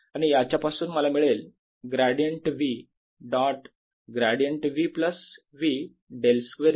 आणि याच्या पासून मला मिळेल gradient V dot gradient V plus V del square V